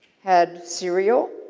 had serial?